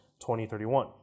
20-31